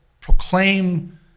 proclaim